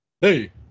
Hey